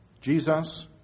Jesus